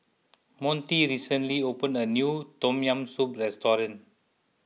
Monte recently opened a new Tom Yam Soup restaurant